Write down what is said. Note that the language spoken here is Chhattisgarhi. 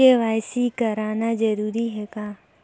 के.वाई.सी कराना जरूरी है का?